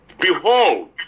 Behold